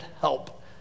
help